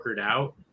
out